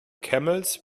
camels